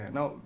Now